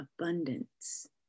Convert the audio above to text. abundance